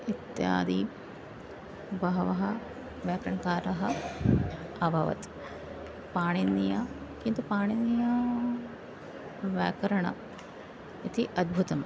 इत्यादि बहवः व्याकरणकारः अभवत् पाणिनिना किन्तु पाणिनिना व्याकरणम् इति अद्भुतम्